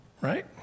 Right